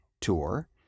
tour